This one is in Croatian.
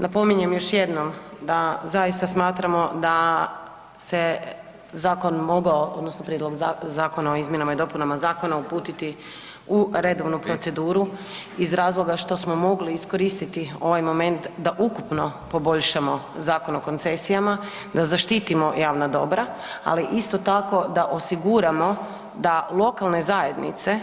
Napominjem još jednom da zaista smatramo da se zakon mogao odnosno prijedlog zakona o izmjenama i dopunama zakona uputiti u redovnu proceduru iz razloga što smo mogli iskoristiti ovaj moment da ukupno poboljšamo Zakon o koncesijama, da zaštitimo javna dobra ali isto tako da osiguramo da lokalne zajednice